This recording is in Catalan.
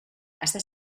està